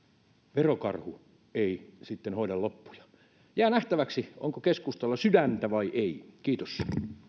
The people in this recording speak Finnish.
verokarhu ei sitten hoida loppuja jää nähtäväksi onko keskustalla sydäntä vai ei kiitos